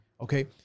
okay